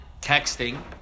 texting